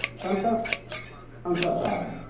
शाम तक सांसद आ गए